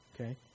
Okay